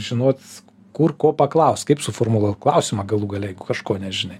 žinot kur ko paklaust kaip suformuluot klausimą galų gale jeigu kažko nežinai